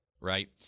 right